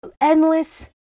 endless